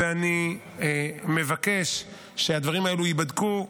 ואני מבקש שהדברים האלו ייבדקו.